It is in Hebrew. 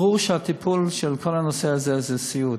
ברור שהטיפול בכל הנושא הזה זה סיעוד.